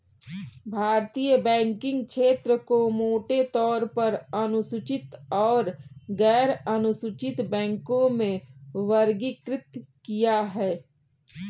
भारतीय बैंकिंग क्षेत्र को मोटे तौर पर अनुसूचित और गैरअनुसूचित बैंकों में वर्गीकृत किया है